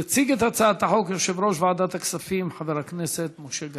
יציג את הצעת החוק יושב-ראש ועדת הכספים חבר הכנסת משה גפני.